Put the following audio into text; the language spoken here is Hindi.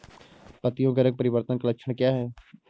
पत्तियों के रंग परिवर्तन का लक्षण क्या है?